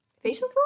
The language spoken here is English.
facial